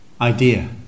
idea